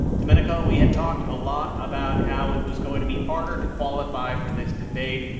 domenico, we had talked a lot about how it was going to be harder to qualify for this debate.